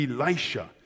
Elisha